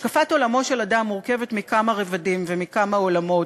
השקפת עולמו של אדם מורכבת מכמה רבדים ומכמה עולמות,